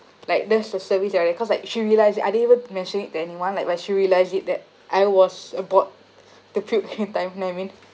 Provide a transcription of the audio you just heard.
like that's the service that I cause like she realised it I didn't even mentioned it to anyone like but she realised it that I was about to anytime you know what I mean